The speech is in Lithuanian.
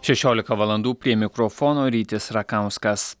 šešiolika valandų prie mikrofono rytis rakauskas